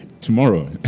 tomorrow